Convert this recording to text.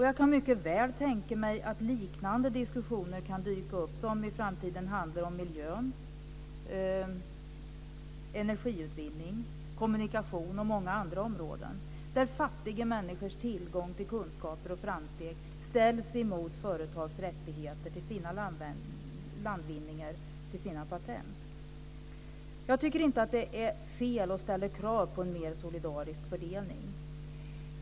Jag kan mycket väl tänka mig att liknande diskussioner dyker upp i framtiden som handlar om miljö, energiutvinning, kommunikationer och många andra områden där fattiga människors tillgång till kunskaper och framsteg ställs emot företags rätt till sina landvinningar och patent. Det är inte fel, tycker jag, att ställa krav på en mer solidarisk fördelning.